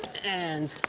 and.